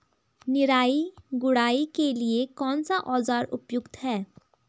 निराई गुड़ाई के लिए कौन सा औज़ार उपयुक्त है?